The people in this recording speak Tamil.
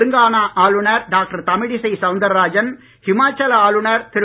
தெலுங்கானா ஆளுநர் டாக்டர் தமிழிசை சவுந்தர்ராஜன் ஹிமாச்சல ஆளுநர் திரு